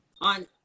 on